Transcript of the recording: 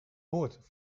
woord